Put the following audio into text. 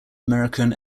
american